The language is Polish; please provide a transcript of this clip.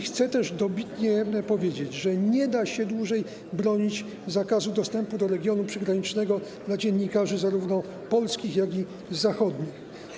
Chcę dobitnie powiedzieć, że nie da się dłużej bronić zakazu dostępu do regionu przygranicznego dla dziennikarzy zarówno polskich, jak i zachodnich.